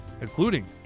including